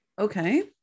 Okay